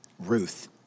Ruth